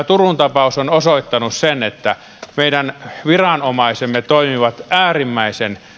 turun tapaus on osoittanut sen että meidän viranomaisemme toimivat äärimmäisen